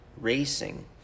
Racing